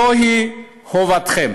זוהי חובתכם.